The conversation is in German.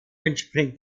entspringt